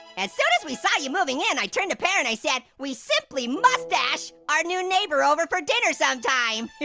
as soon as we saw you moving in, i turned to pear and i said, we simply mustache our new neighbor over for dinner sometime.